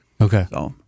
Okay